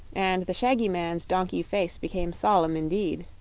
and the shaggy man's donkey face became solemn, indeed.